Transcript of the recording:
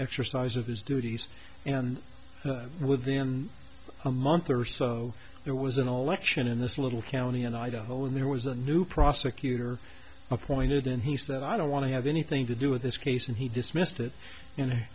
exercise of his duties and within a month or so there was an election in this little county in idaho when there was a new prosecutor appointed and he said i don't want to have anything to do with this case and he dismissed it